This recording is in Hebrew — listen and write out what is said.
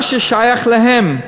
מה ששייך להם,